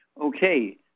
Okay